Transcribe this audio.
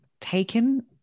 taken